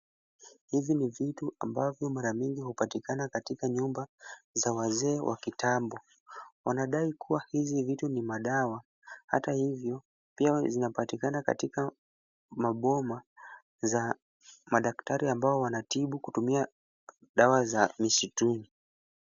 Hizi ni vitu ambavyo mara mingi hupatikana katika nyumba za wazee wa kitambo. Wanadai kuwa hizi vitu ni madawa hata hivyo pia zinapatikana katika maboma za madaktari ambao wanatibu kutumia dawa za misituni.